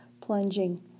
plunging